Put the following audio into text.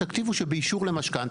תכתיבו שבאישור המשכנתא,